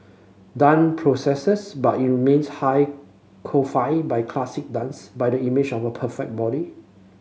dance progresses but it remains high codified by classical dance by the image of the perfect body